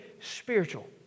spiritual